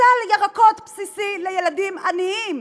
סל ירקות בסיסי לילדים עניים,